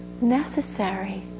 necessary